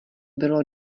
bylo